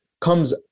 comes